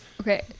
Okay